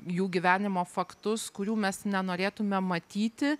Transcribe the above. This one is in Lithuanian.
jų gyvenimo faktus kurių mes nenorėtume matyti